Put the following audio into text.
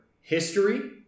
history